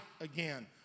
again